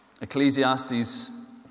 Ecclesiastes